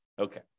Okay